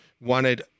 wanted